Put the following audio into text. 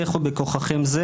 לכו בכוחכם זה,